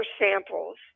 samples